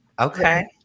Okay